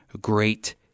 Great